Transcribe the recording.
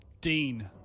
Dean